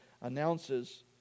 announces